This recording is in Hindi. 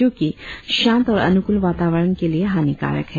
जों कि शांत और अनुकूल वातावरण के लिए हानिकारक है